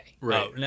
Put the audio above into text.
right